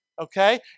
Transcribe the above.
Okay